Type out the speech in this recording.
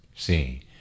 See